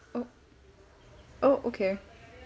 oh oh okay